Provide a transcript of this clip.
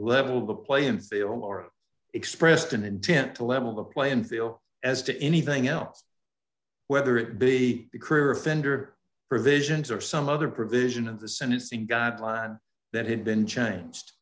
level the playing field or expressed an intent to level the playing field as to anything else whether it be career offender provisions or some other provision of the sentencing guideline that had been changed